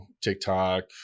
TikTok